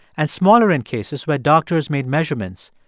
and smaller in cases where doctors made measurements,